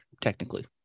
technically